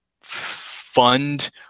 fund